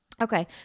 Okay